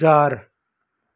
चार